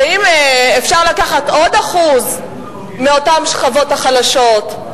ואם אפשר לקחת עוד 1% מאותן שכבות חלשות,